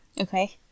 okay